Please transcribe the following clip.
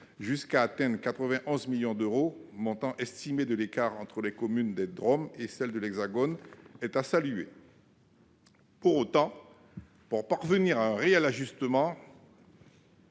jusqu'à atteindre 91 millions d'euros, montant estimé de l'écart entre les communes des DROM et celles de l'Hexagone, est à saluer. Néanmoins, pour parvenir à un réel ajustement